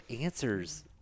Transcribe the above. answers